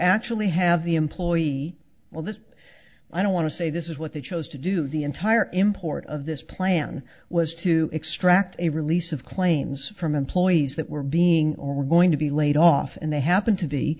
actually have the employee well that's i don't want to say this is what they chose to do the entire import of this plan was to extract a release of claims from employees that were being or were going to be laid off and they happened to be